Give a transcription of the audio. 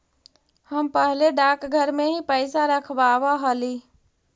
हम पहले डाकघर में ही पैसा रखवाव हली